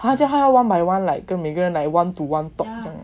!huh! 这样他要 one by one 跟每个人 like one to one talk ah